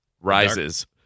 rises